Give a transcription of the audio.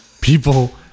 people